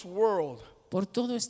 world